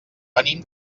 venim